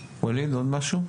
ואליד, עוד משהו?